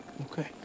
Okay